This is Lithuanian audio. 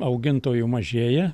augintojų mažėja